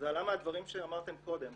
וזה עלה מהדברים שאמרתם קודם